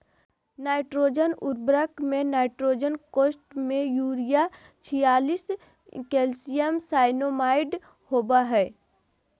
nitrogen उर्वरक में nitrogen कोष्ठ में यूरिया छियालिश कैल्शियम साइनामाईड होबा हइ